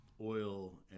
oil